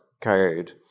code